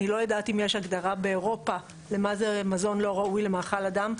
אני לא יודעת אם יש הגדרה באירופה למה זה מזון לא ראוי למאכל אדם.